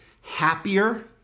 happier